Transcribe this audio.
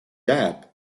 jääb